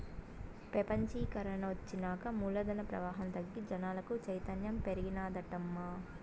పెపంచీకరన ఒచ్చినాక మూలధన ప్రవాహం తగ్గి జనాలకు చైతన్యం పెరిగినాదటమ్మా